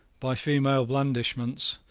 by female blandishments,